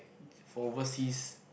for overseas